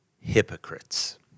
Hypocrites